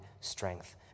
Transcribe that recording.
strength